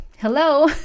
hello